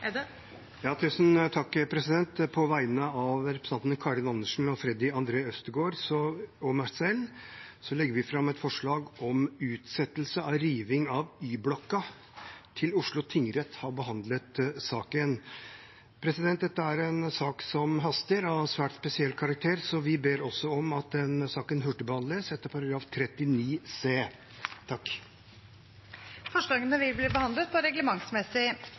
På vegne av representantene Karin Andersen, Freddy André Øvstegård og meg selv legger jeg fram et forslag om utsettelse av riving av Y-blokka til Oslo tingrett har behandlet saken. Dette er en sak som haster og er av svært spesiell karakter, så vi ber også om at den saken hurtigbehandles etter forretningsordenens § 39 c. Forslagene vil bli behandlet på reglementsmessig